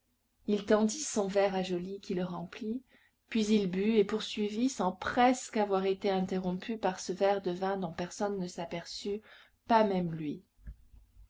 il tendit son verre à joly qui le remplit puis il but et poursuivit sans presque avoir été interrompu par ce verre de vin dont personne ne s'aperçut pas même lui